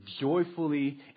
joyfully